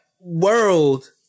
world